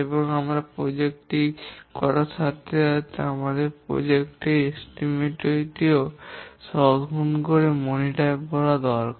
এবং আমরা প্রকল্প টি করার সাথে সাথে আমাদের প্রকল্প এর জন্য অনুমান টি ও সংশোধন করে মনিটর করা দরকার